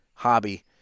Hobby